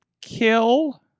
kill